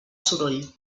soroll